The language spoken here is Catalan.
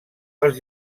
als